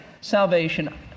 salvation